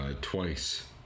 twice